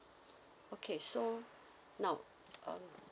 okay so now uh